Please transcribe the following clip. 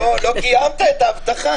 וגם אשתו --- לא קיימת את ההבטחה.